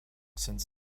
since